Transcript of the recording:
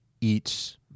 eats